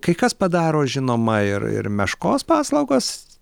kai kas padaro žinoma ir ir meškos paslaugas